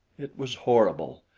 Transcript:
it was horrible.